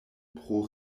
pro